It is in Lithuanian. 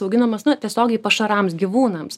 auginamas na tiesiogiai pašarams gyvūnams